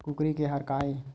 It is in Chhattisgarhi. कुकरी के आहार काय?